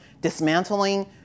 dismantling